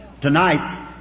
tonight